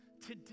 Today